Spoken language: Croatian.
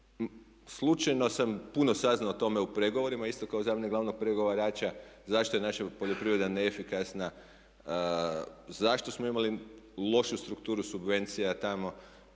Slučajno sam puno saznao o tome u pregovorima isto kao zamjenik glavnog pregovarača zašto je naša poljoprivreda neefikasna, zašto smo imali lošu strukturu subvencija tamo.